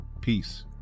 peace